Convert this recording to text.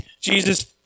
Jesus